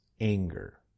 anger